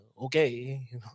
Okay